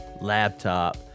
laptop